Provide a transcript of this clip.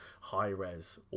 high-res